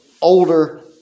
older